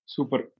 Super